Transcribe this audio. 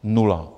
Nula.